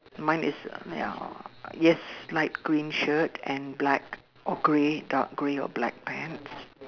mine is a ya yes light green shirt and black or grey dark grey or black pants